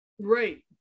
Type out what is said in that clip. Right